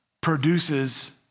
produces